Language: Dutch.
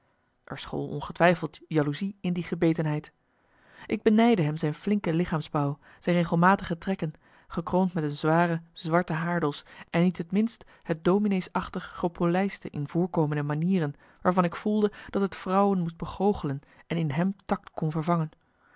er school ongetwijfeld jaloezie in die gebetenheid ik benijdde hem zijn flinke lichaamsbouw zijn regelmatige trekken gekroond met een zware zwarte haardos en niet het minst het domineesachtig gepolijste in voorkomen en manieren waarvan ik voelde dat het vrouwen moest begoochelen en in hem takt kon vervangen